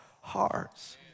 hearts